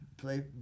play